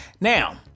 Now